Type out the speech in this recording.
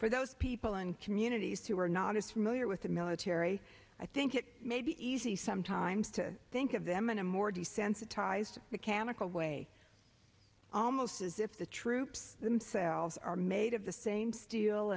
for those people in communities who are not as familiar with the military i think it may be easy sometimes to think of them in a more desensitized mechanical way almost as if the troops themselves are made of the same steel